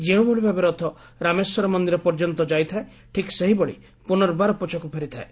ଯେଉଁଭଳି ଭାବେ ରଥ ରାମେଶ୍ୱର ମନ୍ଦିର ପର୍ଯ୍ୟନ୍ତ ଯାଇଥାଏ ଠିକ୍ ସେହିଭଳି ପୁନର୍ବାର ପଛକୁ ଫେରିଥାଏ